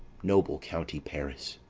noble county paris!